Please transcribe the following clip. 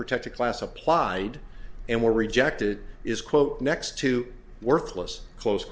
protected class applied and were rejected is quote next to worthless close